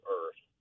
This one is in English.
earth